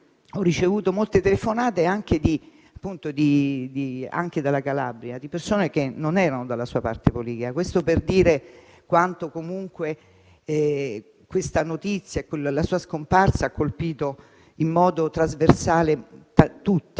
ho ricevuto molte telefonate, anche dalla Calabria, di persone che non erano della sua parte politica: questo per dire quanto la notizia della sua scomparsa abbia colpito tutti in modo trasversale.